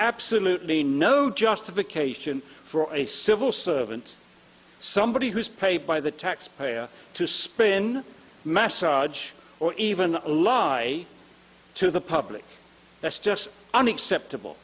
absolutely no justification for a civil servant somebody who's paid by the taxpayer to spin message or even lie to the public that's just unacceptable